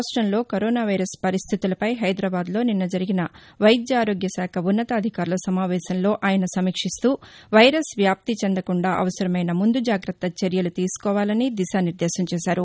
రాష్టంలో corona virus పరిస్టితులపై హైదరాబాద్లో నిన్న జరిగిన వైద్య ఆరోగ్య శాఖ ఉన్నతాధికారుల సమావేశంలో ఆయన సమీక్షిస్తూ వైరస్ వ్యాప్తి చెందకుండా అవసరమైన ముందు జాగ్రత్త చర్యలు తీసుకోవాలని దిశానిర్దేశం చేశారు